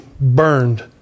burned